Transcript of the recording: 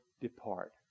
depart